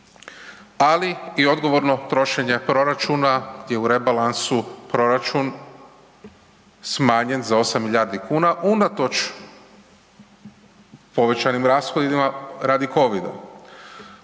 ali i odgovorno trošenje proračuna gdje je u rebalansu proračun smanjen za 8 milijardi kuna unatoč povećanim rashodima radi COVID-a.